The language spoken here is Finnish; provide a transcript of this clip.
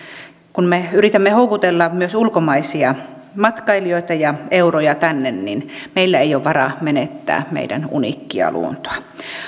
kun me yritämme houkutella myös ulkomaisia matkailijoita ja euroja tänne niin meillä ei ole varaa menettää meidän uniikkia luontoamme